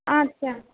अच्छा